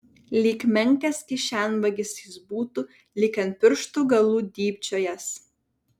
lyg menkas kišenvagis jis būtų lyg ant pirštų galų dybčiojąs